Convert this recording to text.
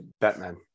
Batman